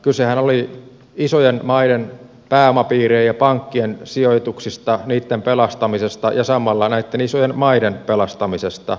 kysehän oli isojen maiden pääomapiirien ja pankkien sijoituksista niitten pelastamisesta ja samalla näiden isojen maiden pelastamisesta